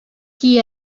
qui